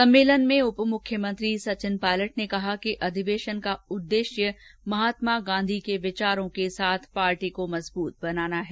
सम्मेलन में उप मुख्यमंत्री सचिन पायलट ने कहा कि अधिवेशन का उद्देश्य महात्मा गांधी के विचारों के साथ पार्टी को मजबूत बनाना है